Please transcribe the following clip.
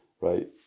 right